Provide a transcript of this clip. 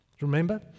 Remember